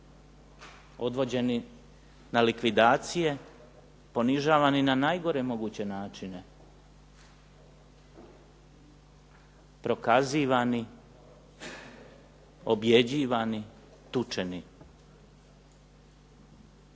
Odvođeni na likvidacije, ponižavani na najgore moguće načine, prokazivani, objeđivani, tučeni.